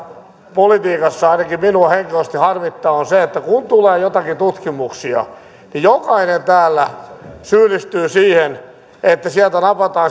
politiikassa ainakin minua henkilökohtaisesti harmittaa on se että kun tulee joitakin tutkimuksia niin jokainen täällä syyllistyy siihen sieltä